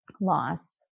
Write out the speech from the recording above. loss